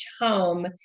home